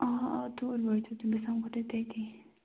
آ توٗرۍ وٲتِو بہٕ سمکھو تۄہہِ تٔتے